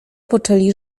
poczęli